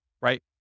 right